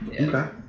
Okay